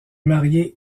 marié